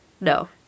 No